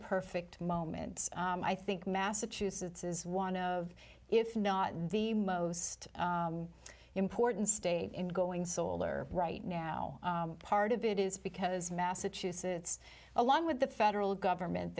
perfect moment i think massachusetts is one of if not the most important state in going solar right now part of it is because massachusetts along with the federal government